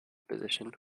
position